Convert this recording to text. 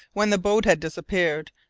when the boat had disappeared,